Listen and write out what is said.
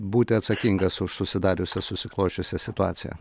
būti atsakingas už susidariusią susiklosčiusią situaciją